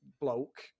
bloke